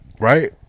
right